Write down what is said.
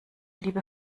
liebe